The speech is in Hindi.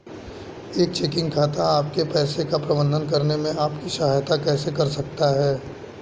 एक चेकिंग खाता आपके पैसे का प्रबंधन करने में आपकी सहायता कैसे कर सकता है?